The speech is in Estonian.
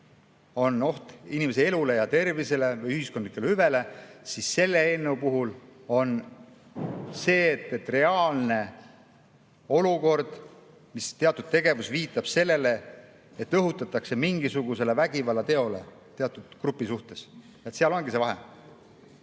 on oht inimese elule ja tervisele või ühiskondlikule hüvele. Selle eelnõu puhul on nii, et reaalne olukord või teatud tegevus viitab sellele, et õhutatakse mingisugusele vägivallateole teatud grupi suhtes. Seal ongi see vahe.